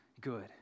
good